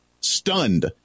Stunned